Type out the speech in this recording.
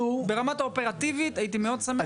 וברמה האופרטיבית הייתי מאוד שמח לדעת מה הן התוכניות האלו.